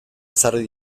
ezarri